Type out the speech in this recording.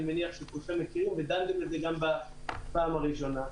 אני מניח שכולכם מכירים ודנתם בזה גם בפעם הראשונה.